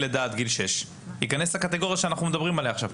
לידה עד גיל שש ייכנס לקטגוריה שאנחנו מדברים עליה עכשיו?